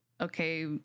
okay